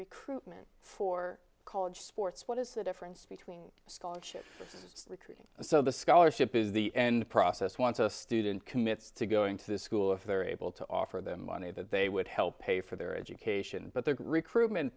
recruitment for college sports what is the difference between scholarship tree so the scholarship is the end process once a student commits to going to school if they're able to offer them money that they would help pay for their education but the recruitment